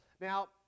Now